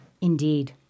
Indeed